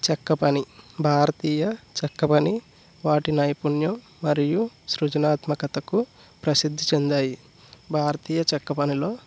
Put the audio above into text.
చెక్కపని భారతీయ చెక్కపని వాటి నైపుణ్యం మరియు సృజనాత్మకతకు ప్రసిద్ధి చెందాయి భారతీయ చెక్కపనిలో